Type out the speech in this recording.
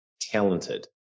talented